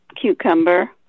cucumber